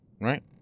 right